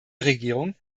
regierung